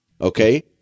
Okay